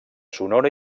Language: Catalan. sonora